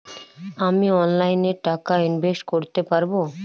আমি অনলাইনে টাকা ইনভেস্ট করতে পারবো?